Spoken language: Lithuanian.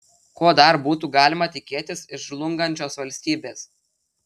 ko dar būtų galima tikėtis iš žlungančios valstybės